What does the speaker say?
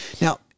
Now